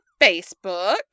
facebook